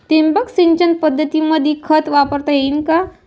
ठिबक सिंचन पद्धतीमंदी खत वापरता येईन का?